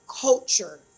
culture